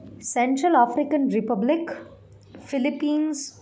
central African Republic Philippines